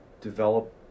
develop